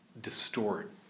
distort